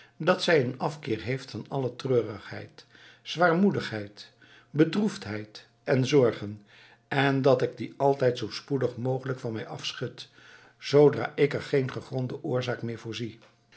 dat zij een afkeer heeft van alle treurigheid zwaarmoedigheid bedroefdheid en zorgen en dat ik die altijd zoo spoedig mogelijk van mij afschud zoodra ik er geen gegronde oorzaak meer voor